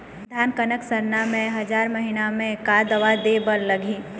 धान कनक सरना मे हजार महीना मे का दवा दे बर लगही?